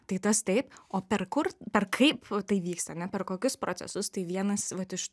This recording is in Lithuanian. tai tas taip o per kur per kaip tai vyksta ane per kokius procesus tai vienas vat iš